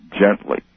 gently